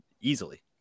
easily